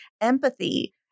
empathy